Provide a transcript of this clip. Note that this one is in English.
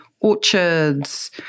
orchards